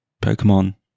Pokemon